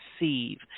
receive